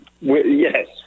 Yes